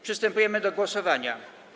Przystępujemy do głosowania.